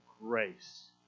grace